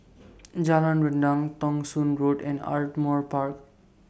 Jalan Rendang Thong Soon Road and Ardmore Park